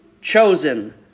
chosen